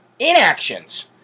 inactions